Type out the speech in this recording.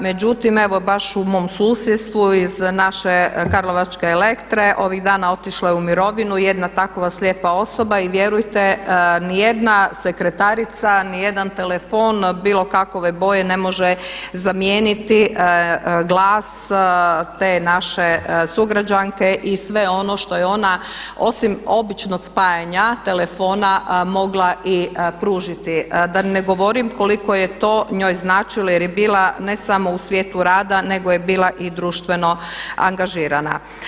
Međutim, evo baš u mom susjedstvu iz naše karlovačke Elektre ovih dana otišlo je u mirovinu jedna takova slijepa osoba i vjerujte ni jedna sekretarica, ni jedan telefon bilo kakove boje ne može zamijeniti glas te naše sugrađanke i sve ono što je ona osim običnog spajanja telefona mogla i pružiti, da ne govorim koliko je to njoj značilo jer je bila ne samo u svijetu rada, nego je bila i društveno angažirana.